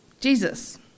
Jesus